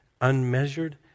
unmeasured